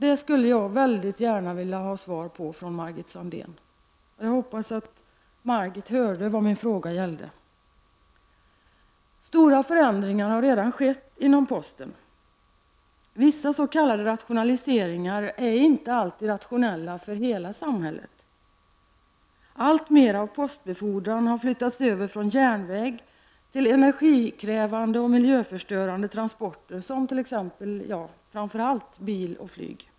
Det skulle jag väldigt gärna vilja ha svar på från Margit Sandéhn. Jag hoppas att hon hörde vad min fråga gällde. Stora förändringar har redan skett inom posten. Vissa s.k. rationaliseringar är inte alltid rationella för hela samhället. Alltmer av postbefordran har flyttats över från järnväg till energikrävande och miljöförstörande transporter, framför allt med bil och flyg.